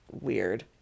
weird